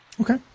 Okay